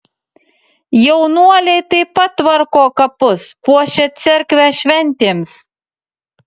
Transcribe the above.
jaunuoliai taip pat tvarko kapus puošia cerkvę šventėms